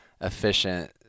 efficient